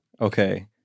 Okay